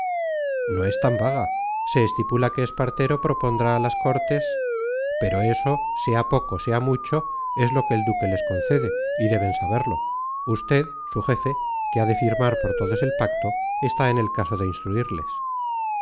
no es tan vaga se estipula que espartero propondrá a las cortes pero eso sea poco sea mucho es lo que el duque les concede y deben saberlo usted su jefe que ha de firmar por todos el pacto está en el caso de instruirles